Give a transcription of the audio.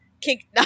kink